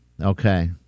Okay